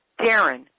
Darren